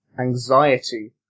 anxiety